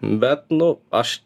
bet nu aš